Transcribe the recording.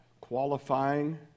qualifying